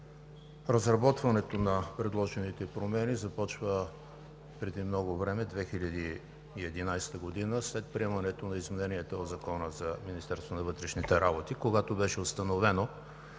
Разработването на предложените промени започна преди много време – 2011 г., след приемането на измененията на Закона за Министерството на вътрешните работи, когато беше установено,